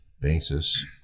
basis